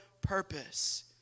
purpose